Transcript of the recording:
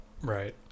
Right